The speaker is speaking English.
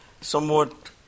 Somewhat